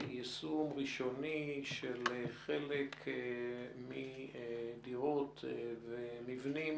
ליישום ראשוני של חלק מהדירות והמבנים